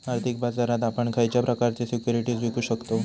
आर्थिक बाजारात आपण खयच्या प्रकारचे सिक्युरिटीज विकु शकतव?